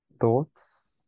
Thoughts